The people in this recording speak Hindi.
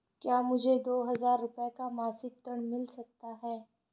क्या मुझे दो हजार रूपए का मासिक ऋण मिल सकता है?